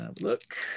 look